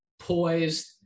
poised